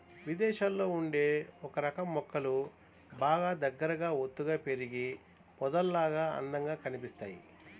ఇదేశాల్లో ఉండే ఒకరకం మొక్కలు బాగా దగ్గరగా ఒత్తుగా పెరిగి పొదల్లాగా అందంగా కనిపిత్తయ్